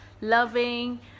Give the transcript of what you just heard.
loving